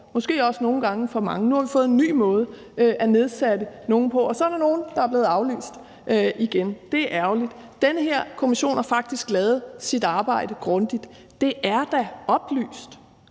måske også nogle gange for mange. Nu har vi fået en ny måde at nedsætte dem på, og så er der nogle, der er blevet aflyst igen. Det er ærgerligt. Den her kommission har faktisk lavet sit arbejde grundigt. Det er da et oplyst